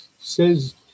says